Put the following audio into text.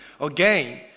again